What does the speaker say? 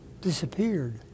disappeared